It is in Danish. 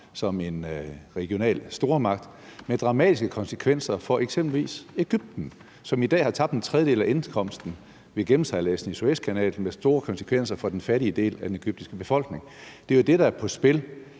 som en regional stormagt, hvad der har dramatiske konsekvenser for eksempelvis Egypten, som i dag har tabt en tredjedel af indkomsten fra gennemsejladsen i Suezkanalen, og hvad der har store konsekvenser for den fattige del af den egyptiske befolkning. Det er jo det, der er på spil.